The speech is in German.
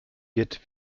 wird